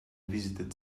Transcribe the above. visited